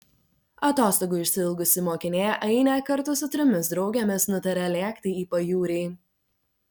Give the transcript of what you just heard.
atostogų išsiilgusi mokinė ainė kartu su trimis draugėmis nutaria lėkti į pajūrį